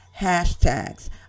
hashtags